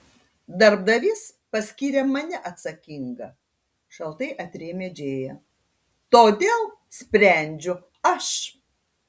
darbdavys paskyrė mane atsakinga šaltai atrėmė džėja todėl sprendžiu aš